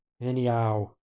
Anyhow